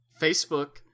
Facebook